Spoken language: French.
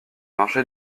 marché